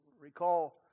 Recall